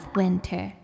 winter